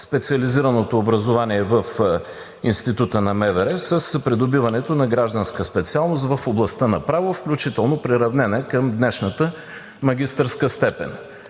специализираното образование в Института на МВР с придобиването на гражданска специалност в областта на правото, включително приравнена към днешната магистърска степен.